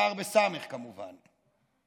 סר בסמ"ך, כמובן.